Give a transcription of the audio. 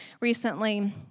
recently